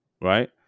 right